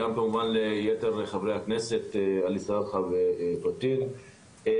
תודה גם ליתר חברי הכנסת שנמצאים כאן.